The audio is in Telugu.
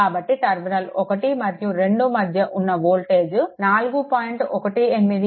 కాబట్టి టర్మినల్ 1 మరియు 2 మధ్య ఉన్న వోల్టేజ్ 4